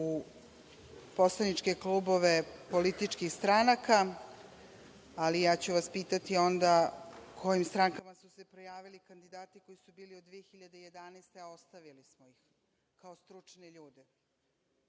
u poslaničke klubove političkih stranaka, ali ja ću vas pitati onda – kojim strankama su se prijavili kandidati koji su bili od 2011. godine, a ostavili smo ih kao stručne ljude?